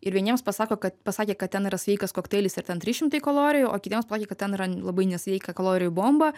ir vieniems pasako kad pasakė kad ten yra sveikas kokteilis ir ten trys šimtai kalorijų o kitiems kad ten yra labai nesveika kalorijų bomba